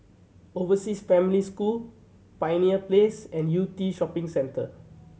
Overseas Family School Pioneer Place and Yew Tee Shopping Centre